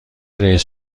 رییس